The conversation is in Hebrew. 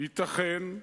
ייתכן,